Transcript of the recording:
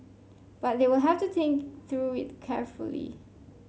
but they will have to think through it carefully